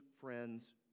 friends